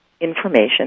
information